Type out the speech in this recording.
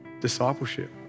discipleship